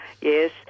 Yes